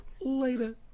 Later